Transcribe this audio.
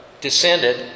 descended